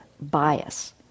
bias